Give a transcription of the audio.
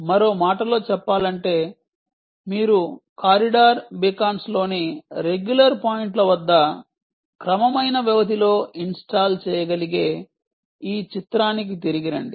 మరో మాటలో చెప్పాలంటే మీరు కారిడార్ బీకాన్స్లోని రెగ్యులర్ పాయింట్ల వద్ద క్రమమైన వ్యవధిలో ఇన్స్టాల్ చేయగలిగే ఈ చిత్రానికి తిరిగి రండి